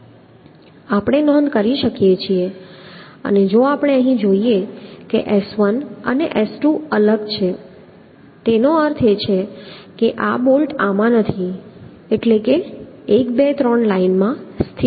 આપણે નોંધ કરી શકીએ છીએ અને જો આપણે અહીં જોઈએ છીએ કે s1 અને s2 અલગ છે તેનો અર્થ એ છે કે આ બોલ્ટ્સ આમાં નથી દિશા એટલે કે 1 2 3 લાઇનમાં સ્થિત નથી